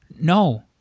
No